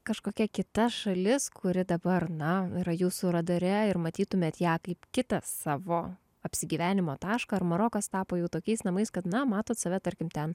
kažkokia kita šalis kuri dabar na yra jūsų radare ir matytumėt ją kaip kitą savo apsigyvenimo tašką ar marokas tapo tokiais namais kad na matot save tarkim ten